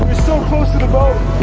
so close to the boat